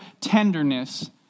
tenderness